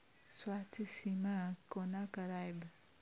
स्वास्थ्य सीमा कोना करायब?